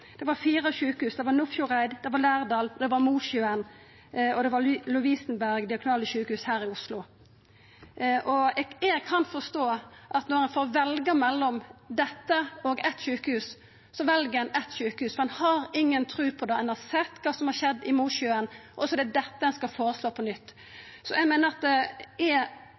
Det var på Nordfjordeid, det var i Lærdal, det var i Mosjøen, og det var Lovisenberg Diakonale Sykehus her i Oslo. Eg kan forstå at når ein får velja mellom dette og eitt sjukehus, vel ein eitt sjukehus, for ein har inga tru på det, ein har sett kva som har skjedd i Mosjøen. Og så er det dette ein skal føreslå på nytt. Eg er heilt trygg på at det